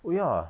oh ya